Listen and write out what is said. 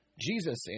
Jesus